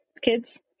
kids